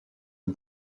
and